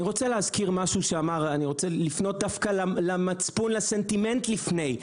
אני רוצה לפנות דווקא למצפון, לסנטימנט לפני.